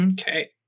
Okay